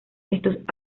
estos